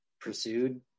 pursued